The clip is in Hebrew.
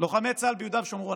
לוחמי צה"ל ביהודה ושומרון.